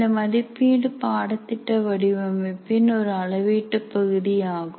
இந்த மதிப்பீடு பாடத்திட்ட வடிவமைப்பின் ஒரு அளவீட்டு பகுதியாகும்